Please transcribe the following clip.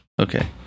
okay